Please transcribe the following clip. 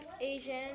Asian